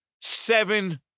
seven